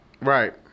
Right